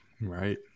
right